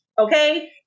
okay